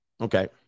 Okay